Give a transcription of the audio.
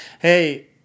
Hey